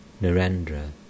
Narendra